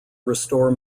restore